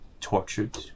tortured